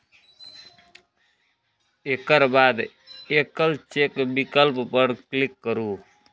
एकर बाद एकल चेक विकल्प पर क्लिक करू